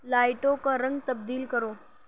لائٹوں کا رنگ تبدیل کرو